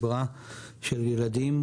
של ילדים,